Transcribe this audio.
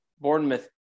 Bournemouth